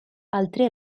altri